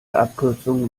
abkürzung